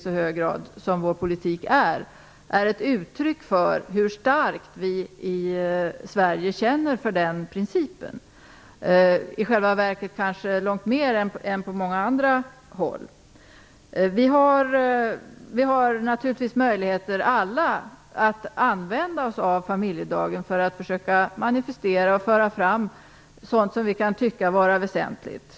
Man kan nog säga att det är ett uttryck för hur starkt vi i Sverige känner för den principen. I själva verket kanske vi känner långt mer för den än man gör på många andra håll. Vi har alla naturligtvis möjligheter att använda oss av familjedagen för att försöka manifestera och föra fram sådant som vi kan tycka är väsentligt.